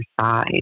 side